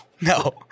no